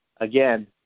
again